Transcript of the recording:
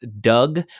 Doug